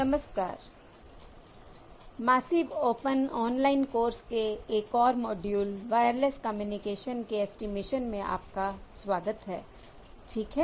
नमस्कार I massive open online course के एक और मोड्यूल वायरलेस कम्युनिकेशन के ऐस्टीमेशन में आपका स्वागत है ठीक है